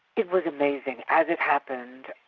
it was amazing. as it happened,